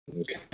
okay